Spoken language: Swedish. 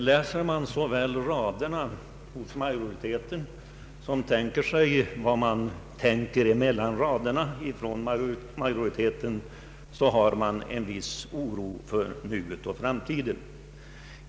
Läser man raderna i utskottets skrivning och även tänker sig vad som står att läsa mellan raderna i skrivningen, finner man att det föreligger en viss oro för nuet och framtiden.